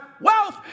wealth